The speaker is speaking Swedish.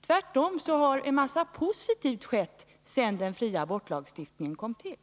Tvärtom har en massa positivt skett sedan den fria abortlagstiftningen kom till.